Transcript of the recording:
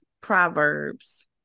proverbs